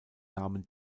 nahmen